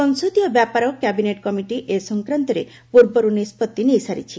ସଂସଦୀୟ ବ୍ୟାପାର cabinet committee ଏ ସଂକ୍ରାନ୍ତରେ ପୂର୍ବରୁ ନିଷ୍ପତ୍ତି ନେଇସାରିଛନ୍ତି